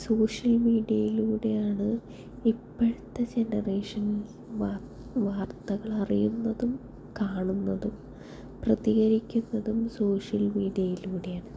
social മീഡിയയിലൂടെയാണ് ഇപ്പോഴത്തെ generation വാർത്ത വാർത്തകൾ അറിയുന്നതും കാണുന്നതും പ്രതികരിക്കുന്നതും സോഷ്യൽ മീഡിയയിലൂടെയാണ്